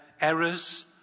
errors